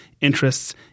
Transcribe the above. interests